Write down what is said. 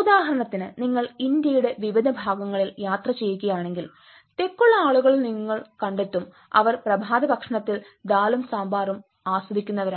ഉദാഹരണത്തിന് നിങ്ങൾ ഇന്ത്യയുടെ വിവിധ ഭാഗങ്ങളിൽ യാത്ര ചെയ്യുകയാണെങ്കിൽ തെക്കുള്ള ആളുകളിൽ നിങ്ങൾ കണ്ടെത്തും അവർ പ്രഭാതഭക്ഷണത്തിൽ ഡാലും സാംബാറും ആസ്വദിക്കുന്നവരാണ്